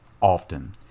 often